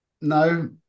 No